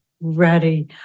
ready